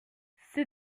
ces